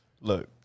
Look